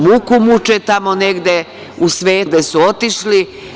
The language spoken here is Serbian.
Muku muče tamo negde u svetu gde su otišli.